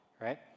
right